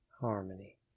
harmony